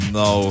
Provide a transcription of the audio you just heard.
no